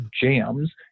jams